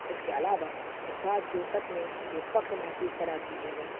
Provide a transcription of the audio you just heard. اس کے علاوہ وہ بات جو سچ میں مجھے فخر محسوس کراتی ہے وہ